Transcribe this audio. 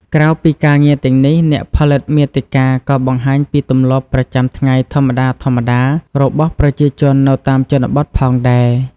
ក្រៅពីការងារទាំងនេះ អ្នកផលិតមាតិកាក៏បង្ហាញពីទម្លាប់ប្រចាំថ្ងៃធម្មតាៗ របស់ប្រជាជននៅតាមជនបទផងដែរ។